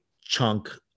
chunk